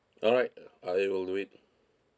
alright I will do it